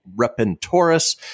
Repentoris